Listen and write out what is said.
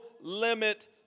limit